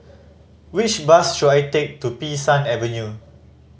which bus should I take to Bee San Avenue